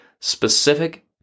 specific